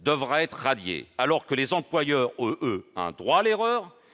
devra être radiée, alors que les employeurs ont, quant à eux, un droit à l'erreur,